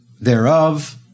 thereof